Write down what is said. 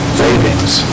savings